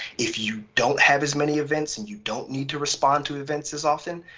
if you don't have as many events and you don't need to respond to events as often,